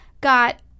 got